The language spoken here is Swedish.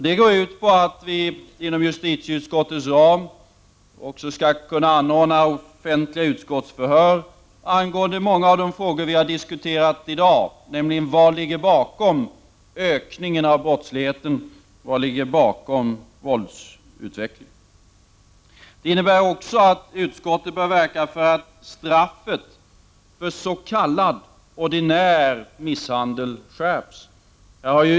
Det går ut på att vi inom utskottets ram också skall kunna anordna offentliga utskottsförhör angående många av de frågor vi har diskuterat i dag: Vad ligger bakom ökningen av brottsligheten? Vad ligger bakom våldsutvecklingen? Det innebär också att utskottet bör verka för att straffet för s.k. ordinär misshandel skärps.